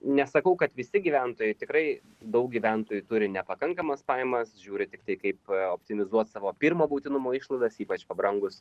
nesakau kad visi gyventojai tikrai daug gyventojų turi nepakankamas pajamas žiūri tiktai kaip optimizuot savo pirmo būtinumo išlaidas ypač pabrangus